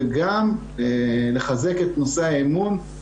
וגם לחזק את נושא האמון.